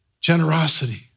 generosity